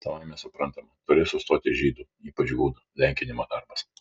savaime suprantama turės sustoti žydų ypač gudų lenkinimo darbas